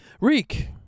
Reek